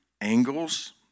angles